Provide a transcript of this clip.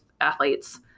athletes